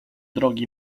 drogi